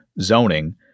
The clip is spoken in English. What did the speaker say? zoning